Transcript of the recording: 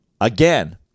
again